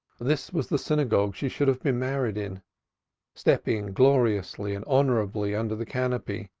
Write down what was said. this was the synagogue she should have been married in stepping gloriously and honorably under the canopy,